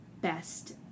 best